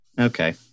Okay